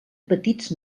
petits